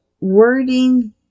wording